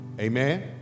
Amen